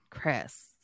Chris